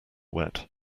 wet